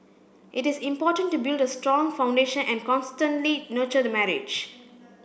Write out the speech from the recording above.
it is important to build a strong foundation and constantly nurture the marriage